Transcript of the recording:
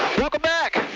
welcome back.